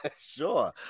Sure